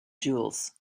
jewels